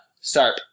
start